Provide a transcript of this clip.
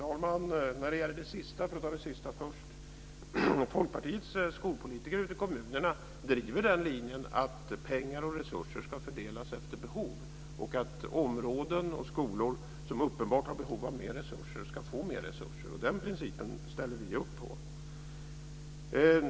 Fru talman! Jag tar det sista först. Folkpartiets skolpolitiker ute i kommunerna driver linjen att pengar och resurser ska fördelas efter behov och att områden och skolor som uppenbart har behov av mer resurser ska få mer resurser. Den principen ställer vi upp på.